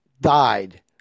died